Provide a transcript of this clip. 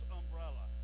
umbrella